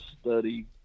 study